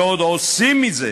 ועוד עושים מזה